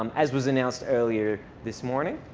um as was announced earlier this morning,